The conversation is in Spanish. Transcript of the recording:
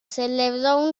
celebró